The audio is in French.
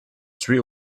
tué